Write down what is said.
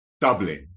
Dublin